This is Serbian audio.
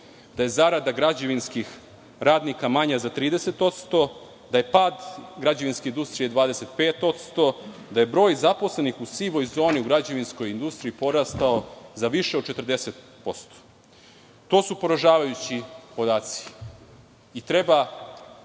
da je zarada građevinskih radnika manja za 30%, da je pad građevinske industrije 25%, da je broj zaposlenih u sivoj zoni u građevinskoj industriji porastao za više od 40%. To su poražavajući podaci i treba